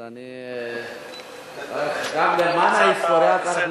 אז אני, גם למען ההיסטוריה.